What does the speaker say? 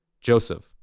Joseph